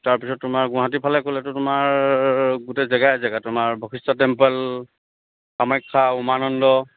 তাৰপিছত তোমাৰ গুৱাহাটী ফালে গ'লেতো তোমাৰ গোটেই জেগাই জেগা তোমাৰ বশিষ্ঠ টেম্পেল কামাখ্যা উমানন্দ